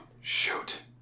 Shoot